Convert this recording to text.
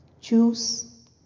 Choose